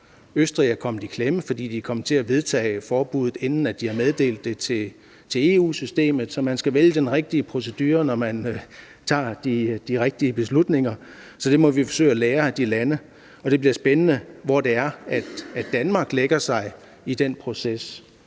Østrig er kommet i klemme, fordi de var kommet til at vedtage forbuddet, inden de meddelte det til EU-systemet. Man skal altså vælge den rigtige procedure og så tage de rigtige beslutninger, og det må vi forsøge at lære af de lande. Det bliver spændende, hvor det er, at Danmark lægger sig i den proces,